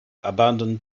abandoned